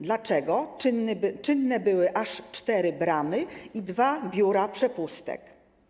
Dlaczego czynne były aż cztery bramy i dwa biura przepustek?